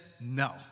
no